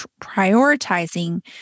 prioritizing